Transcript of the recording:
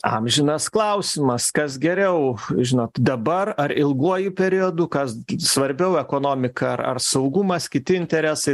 amžinas klausimas kas geriau žinot dabar ar ilguoju periodu kas svarbiau ekonomika ar ar saugumas kiti interesai